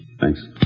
Thanks